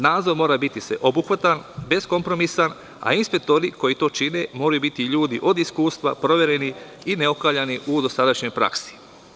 Nadzor mora biti sveobuhvatan, beskompromisan, a inspektori koji to čine moraju biti ljudi od iskustva, provereni i neokaljani u dosadašnjoj praksi.